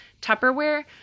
Tupperware